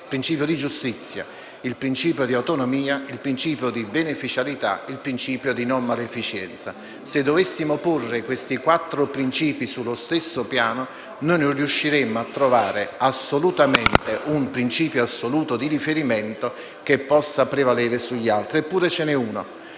il principio di giustizia, il principio di autonomia, il principio di beneficialità e il principio di non maleficenza. Se dovessimo porre questi quattro principi sullo stesso piano, non riusciremmo a trovare davvero un principio assoluto di riferimento che possa prevalere sugli altri. Eppure tra